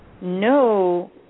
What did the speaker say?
no